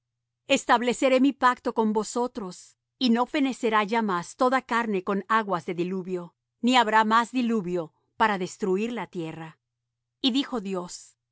estableceré mi pacto con vosotros y no fenecerá ya más toda carne con aguas de diluvio ni habrá más diluvio para destruir la tierra y dijo dios